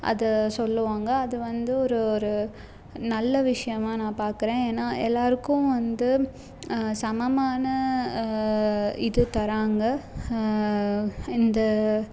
அதை சொல்லுவாங்க அது வந்து ஒரு ஒரு நல்ல விஷயமா நான் பார்க்குறேன் ஏன்னா எல்லாருக்கும் வந்து சமமான இதை தராங்க இந்த